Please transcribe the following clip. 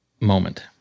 moment